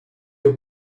you